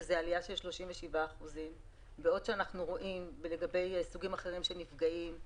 שזה עלייה של 37%. בעוד שלגבי סוגים אחרים של נפגעים,